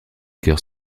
chœurs